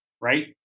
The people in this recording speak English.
right